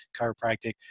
chiropractic